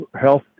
Health